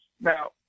Now